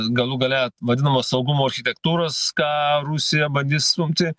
galų gale vadinamo saugumo architektūros ką rusija bandys stumti